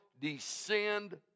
descend